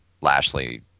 lashley